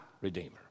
Redeemer